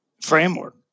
framework